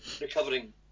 recovering